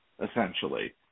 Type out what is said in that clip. essentially